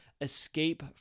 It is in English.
escape